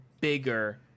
bigger